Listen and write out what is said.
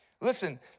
Listen